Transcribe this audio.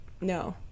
No